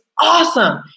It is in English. Awesome